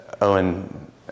Owen